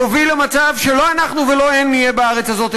יוביל למצב שלא אנחנו ולא הם נהיה בארץ הזאת,